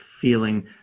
feeling